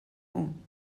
اون